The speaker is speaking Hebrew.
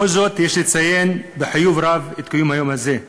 בכל זאת, יש לציין בחיוב רב את קיום היום הזה.